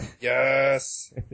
Yes